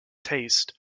taste